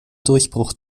durchbruch